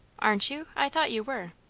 aren't you? i thought you were.